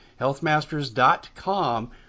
Healthmasters.com